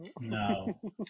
no